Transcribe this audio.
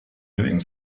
doing